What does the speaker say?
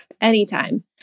anytime